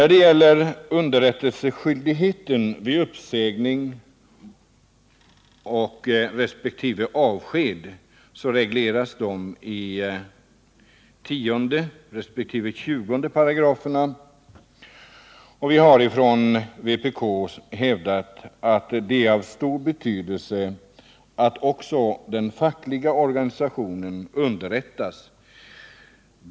Underrättelseskyldigheten vid uppsägning och avsked regleras i 10 § resp. 208. Vpk hävdar att det är av stor betydelse att även den fackliga organisationen underrättas.